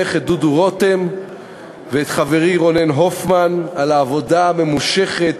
ולברך את דודו רותם ואת חברי רונן הופמן על העבודה הממושכת,